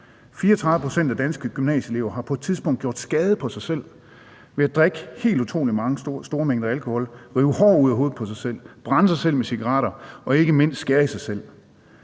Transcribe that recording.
34 pct. af danske gymnasieelever har på et tidspunkt gjort skade på sig selv ved at drikke helt utrolige mængder alkohol, rive hår ud af hovedet på sig selv, brænde sig selv med cigaretter og ikke mindst skære i sig selv.